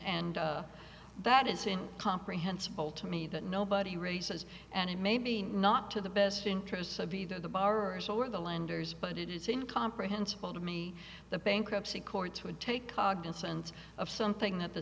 and that is in comprehensible to me that nobody raises and maybe not to the best interests of either the borrowers or the lenders but it is incomprehensible to me the bankruptcy court would take cognizance of something that the